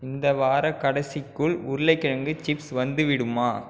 இந்த வாரக் கடைசிக்குள் உருளைக்கிழங்கு சிப்ஸ் வந்துவிடுமா